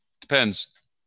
depends